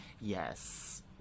Yes